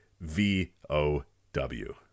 V-O-W